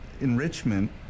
enrichment